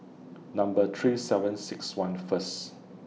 Number three seven six one First